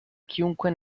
chiunque